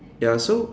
ya so